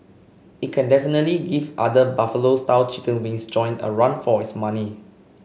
it can definitely give other Buffalo style chicken wings joint a run for its money